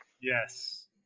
Yes